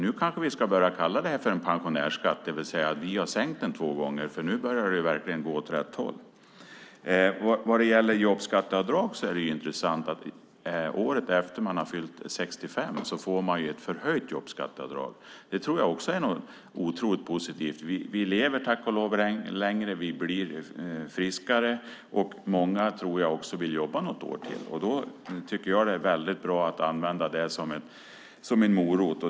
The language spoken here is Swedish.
Nu kanske man ska börja kalla den för en pensionärsskatt när vi har sänkt den två gånger. Nu börjar det verkligen gå åt rätt håll. Vad gäller jobbskatteavdrag är det intressant att man året efter det att man fyllt 65 år får ett förhöjt jobbskatteavdrag. Det är också otroligt positivt. Vi lever tack och lov längre, och vi blir friskare. Jag tror att många vill jobba något år till. Då är det väldigt bra att använda det som en morot.